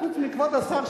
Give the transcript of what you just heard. חוץ מכבוד השר,